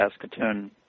Saskatoon